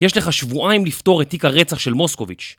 יש לך שבועיים לפתור את תיק הרצח של מוסקוביץ'.